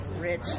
rich